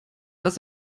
dass